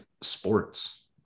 sports